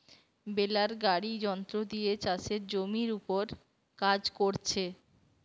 বেলার গাড়ি যন্ত্র দিয়ে চাষের জমির উপর কাজ কোরছে